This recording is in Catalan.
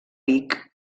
vic